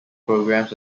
programs